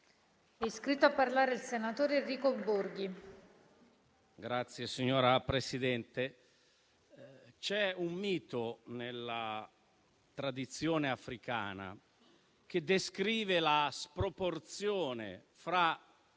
c'è un mito nella tradizione africana che descrive la sproporzione fra